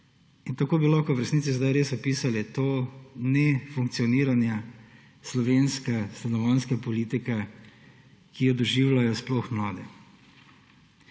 Tako bi lahko v resnici zdaj res opisali to nefunkcioniranje slovenske stanovanjske politike, ki jo doživljajo sploh mladi.